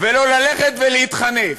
ולא ללכת ולהתחנף.